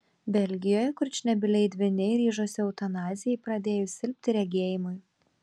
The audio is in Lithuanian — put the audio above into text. belgijoje kurčnebyliai dvyniai ryžosi eutanazijai pradėjus silpti regėjimui